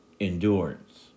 endurance